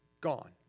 gone